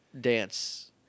dance